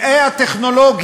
ברשותך, גברתי היושבת-ראש.